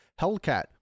Hellcat